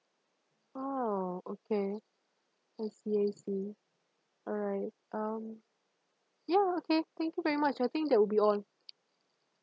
oh okay I see I see alright um ya okay thank you very much I think that would be all